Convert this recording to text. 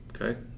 okay